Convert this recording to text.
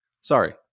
sorry